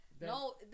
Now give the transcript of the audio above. No